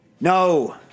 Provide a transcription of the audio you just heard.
No